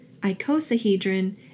icosahedron